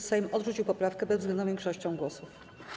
Sejm odrzucił poprawkę bezwzględną większością głosów.